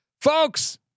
folks